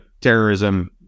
terrorism